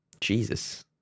Jesus